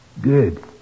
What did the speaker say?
Good